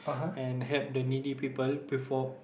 and help the needy people before